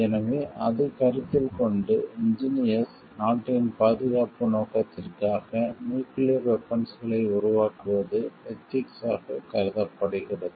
எனவே அதைக் கருத்தில் கொண்டு இன்ஜினியர்ஸ் நாட்டின் பாதுகாப்பு நோக்கத்திற்காக நியூக்கிளியர் வெபன்ஸ்களை உருவாக்குவது எதிக்ஸ் ஆகக் கருதப்படுகிறது